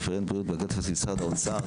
רפרנט בריאות באגף תקציבים באוצר,